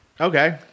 Okay